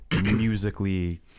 musically